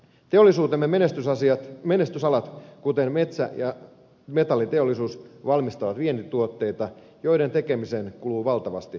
teollisuutemme menestysalat kuten metsä ja metalliteollisuus valmistavat vientituotteita joiden tekemiseen kuluu valtavasti energiaa